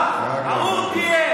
חלאה ארורה, ארור תהיה.